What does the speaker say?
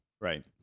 Right